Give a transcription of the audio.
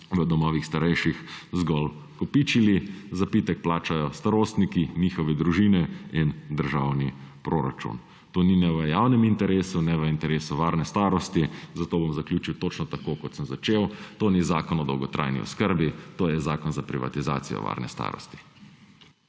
v domovih starejših – zgolj kopičili, zapitek plačajo starostniki, njihove družine in državni proračun. To ni ne v javnem interesu ne v interesu varne starosti, zato bom zaključil točno tako, kot sem začel. To ni zakon o dolgotrajni oskrbi, to je zakon za privatizacijo varne starosti.